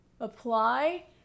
apply